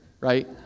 right